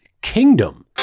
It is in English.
Kingdom